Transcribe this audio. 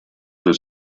the